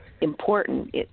important